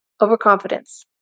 overconfidence